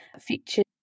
featured